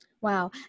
Wow